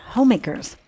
Homemakers